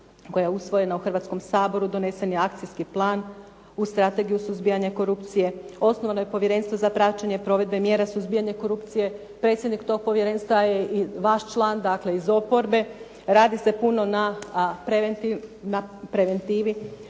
koja je usvojena u Hrvatskom saboru, donesen je akcijski plan u strategiju suzbijanja korupcije, osnovano je povjerenstvo za praćenje provedbe mjera suzbijanje korupcije, predsjednik tog povjerenstva je i vaš član, dakle, iz oporbe, radi se puno na preventivi,